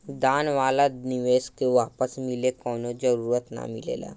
दान वाला निवेश के वापस मिले कवनो जरूरत ना मिलेला